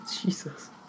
Jesus